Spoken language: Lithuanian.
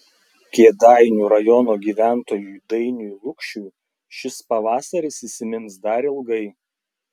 kėdainių rajono gyventojui dainiui lukšiui šis pavasaris įsimins dar ilgai